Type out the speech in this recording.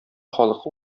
халык